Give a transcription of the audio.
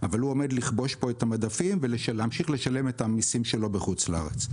אבל הוא עומד לכבוש פה את המדפים ולהמשיך לשלם את המיסים שלו בחוץ לארץ,